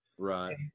Right